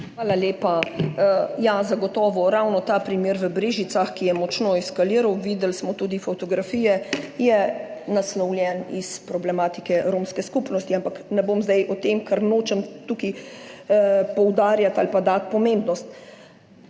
Hvala lepa. Zagotovo je ravno ta primer v Brežicah, ki je močno eskaliral, videli smo tudi fotografije, naslovljen iz problematike romske skupnosti. Ampak ne bom zdaj o tem, ker nočem tega poudarjati ali pa dati pomembnosti.